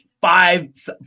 five